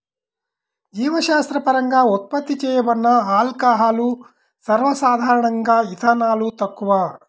జీవశాస్త్రపరంగా ఉత్పత్తి చేయబడిన ఆల్కహాల్లు, సర్వసాధారణంగాఇథనాల్, తక్కువ